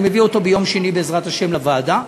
אני מביא אותו ביום שני, בעזרת השם, לוועדה,